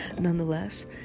nonetheless